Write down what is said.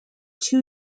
two